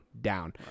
down